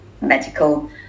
medical